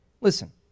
Listen